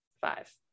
five